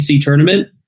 tournament